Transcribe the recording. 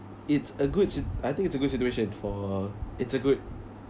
it's a good si~ I think it's a good situation for it's a good